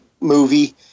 movie